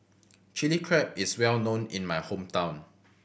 Chili Crab is well known in my hometown